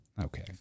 Okay